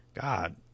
God